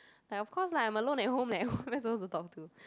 like of course lah I'm alone at home leh who am I supposed to talk to